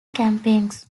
campaigns